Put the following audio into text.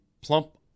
plump